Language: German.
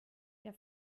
der